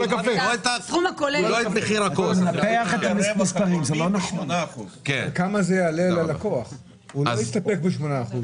לגבי הכוס הרב-פעמית: אנחנו בעסקי מכירת הקפה,